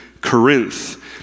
Corinth